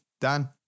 Dan